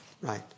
Right